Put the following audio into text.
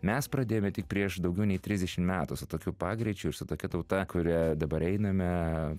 mes pradėjome tik prieš daugiau nei trisdešimt metų su tokiu pagreičiu ir su tokia tauta kuria dabar einame